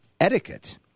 Etiquette